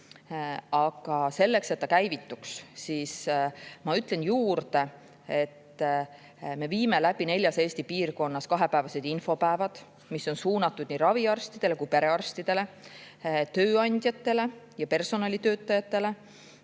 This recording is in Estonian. Aga selleks, et süsteem käivituks – ma ütlen selle siia juurde –, me viime läbi neljas Eesti piirkonnas kahepäevased infopäevad, mis on suunatud nii raviarstidele kui ka perearstidele, tööandjatele ja personalitöötajatele.